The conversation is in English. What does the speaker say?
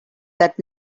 that